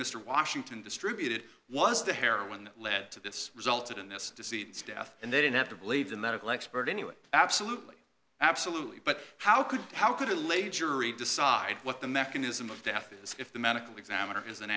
mr washington distributed was the heroin that led to this resulted in this disease death and they didn't have to believe the medical expert anyway absolutely absolutely but how could how could a lay jury decide what the mechanism of death is if the medical examiner